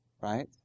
right